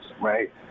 right